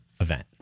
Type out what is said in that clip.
event